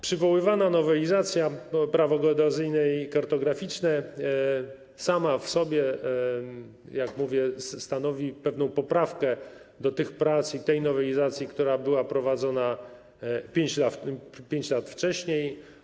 Przywoływana nowelizacja Prawa geodezyjnego i kartograficznego sama w sobie, jak mówię, stanowi pewną poprawkę do tych prac i tej nowelizacji, która była prowadzona 5 lat wcześniej.